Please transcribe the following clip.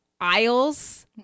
aisles